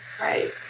right